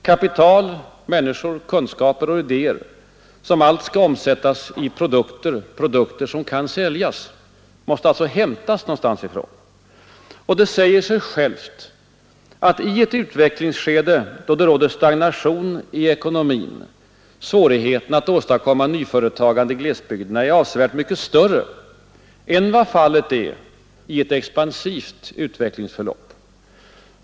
Kapital, människor, kunskaper och idéer, som allt skall omsättas i produkter som kan säljas, måste hämtas någonstans. Det säger sig självt att i ett utvecklingsskede då det råder stagnation i ekonomin är svårigheten att åstadkomma nyföretagande i glesbygderna avsevärt mycket större än vad fallet är i ett expansivt utvecklingsförlopp.